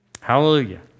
Hallelujah